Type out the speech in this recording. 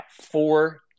four